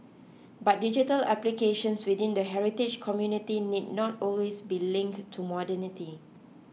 but digital applications within the heritage community need not always be linked to modernity